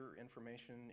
information